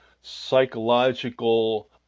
psychological